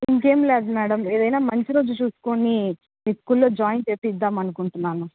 ఇంకేమి లేదు మేడం ఏదైనా మంచి రోజు చూసుకుని మీ స్కూల్లో జాయిన్ చేయిద్దాము అనుకుంటున్నాను